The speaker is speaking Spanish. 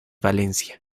valencia